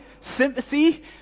Sympathy